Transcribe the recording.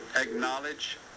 acknowledge